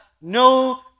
no